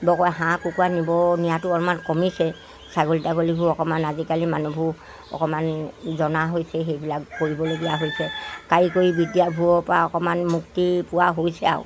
ব হাঁহ কুকুৰা নিব নিয়াটো অলপমান কমিছে ছাগলী তাগলীবোৰ অকণমান আজিকালি মানুহবোৰ অকণমান জনা হৈছে সেইবিলাক কৰিবলগীয়া হৈছে কাৰিকৰী বিদ্যাবোৰৰ পৰা অকণমান মুক্তি পোৱা হৈছে আৰু